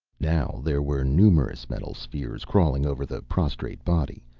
now there were numerous metal spheres crawling over the prostrate body,